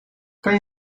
kan